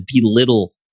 belittle